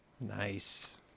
nice